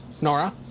Nora